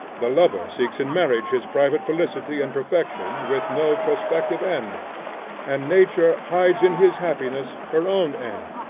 the lover seeks in marriage his private felicity and perfection, with no prospective end and nature hides in his happiness her own end,